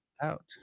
out